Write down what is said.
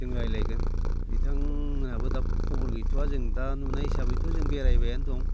जों रायज्लायगोन बिथांमोनहाबो दा खबर गैथ'या जों दा नुनाय हिसाबैथ' जों बेरायबायानो दं